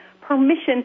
permission